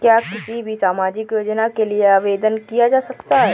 क्या किसी भी सामाजिक योजना के लिए आवेदन किया जा सकता है?